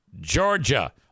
Georgia